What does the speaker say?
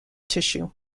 tissue